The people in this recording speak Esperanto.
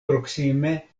proksime